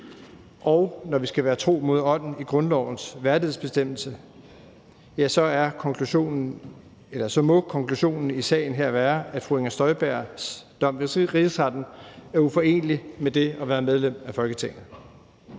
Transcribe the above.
og skal vi være tro mod ånden i grundlovens værdighedsbestemmelse, ja, så må konklusionen i sagen her være, at fru Inger Støjbergs dom ved Rigsretten er uforenelig med det at være medlem af Folketinget.